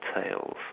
tales